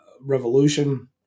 revolution